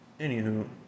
anywho